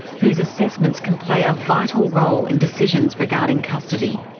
whose assessments can play a vital role and decisions regarding custody.